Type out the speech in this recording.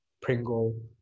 Pringle